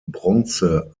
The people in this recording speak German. bronze